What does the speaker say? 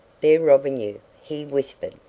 they're robbing you, he whispered.